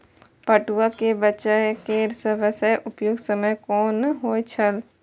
पटुआ केय बेचय केय सबसं उपयुक्त समय कोन होय छल?